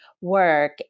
work